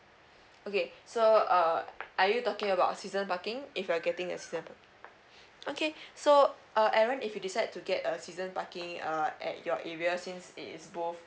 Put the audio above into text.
okay so uh are you talking about season parking if you're getting the season parking okay so uh aaron if you decide to get a season parking uh at your area since it is both